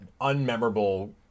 unmemorable